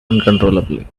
uncontrollably